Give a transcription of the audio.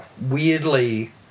weirdly